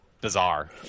bizarre